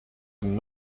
een